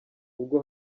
ubwo